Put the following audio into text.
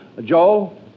Joe